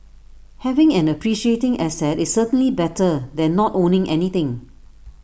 having an appreciating asset is certainly better than not owning anything